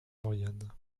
lauriane